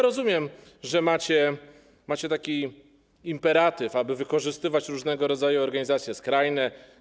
Rozumiem, że macie taki imperatyw, aby wykorzystywać różnego rodzaju organizacje skrajne.